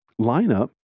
lineup